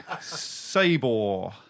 Sabor